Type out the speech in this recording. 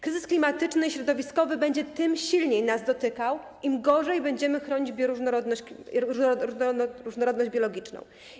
Kryzys klimatyczny i środowiskowy będzie tym silniej nas dotykał, im gorzej będziemy chronić bioróżnorodność, różnorodność biologiczną.